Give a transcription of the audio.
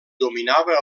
dominava